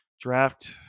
Draft